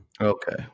Okay